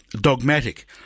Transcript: dogmatic